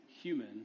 human